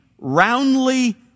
roundly